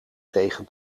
tegen